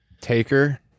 Taker